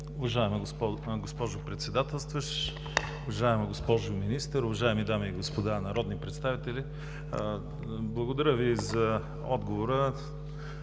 Уважаема госпожо Председател, уважаема госпожо Министър, уважаеми дами и господа народни представители! Благодаря Ви за отговора.